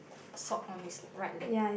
sock on his right leg